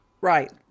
right